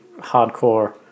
hardcore